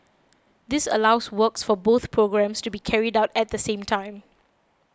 this allows works for both programmes to be carried out at the same time